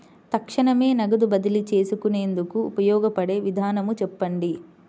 తక్షణమే నగదు బదిలీ చేసుకునేందుకు ఉపయోగపడే విధానము చెప్పండి?